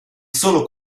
solo